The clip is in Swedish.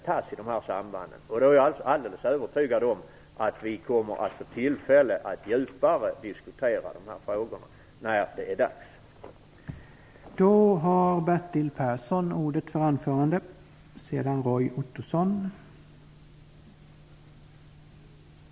Jag är alldeles övertygad om att vi kommer att få tillfälle att djupare diskutera de här frågorna när det är dags att fatta de viktiga besluten i de här sammanhangen.